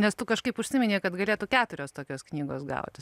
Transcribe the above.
nes tu kažkaip užsiminei kad galėtų keturios tokios knygos gautis